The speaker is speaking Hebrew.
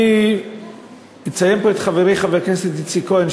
אני אציין פה את חברי חבר הכנסת איציק כהן,